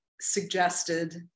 suggested